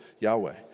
Yahweh